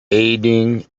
aiding